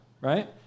right